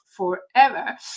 Forever